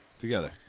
Together